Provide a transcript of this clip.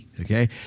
Okay